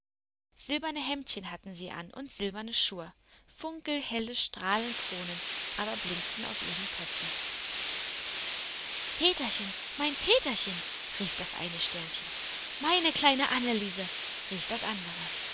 silberne hemdchen hatten sie an und silberne schuhe funkelhelle strahlenkronen aber blinkten auf ihren köpfen peterchen mein peterchen rief das eine sternchen meine kleine anneliese rief das andere